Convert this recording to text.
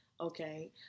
okay